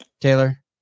Taylor